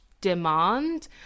demand